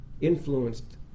influenced